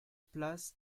place